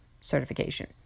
certification